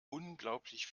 unglaublich